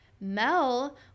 Mel